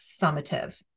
summative